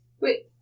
Wait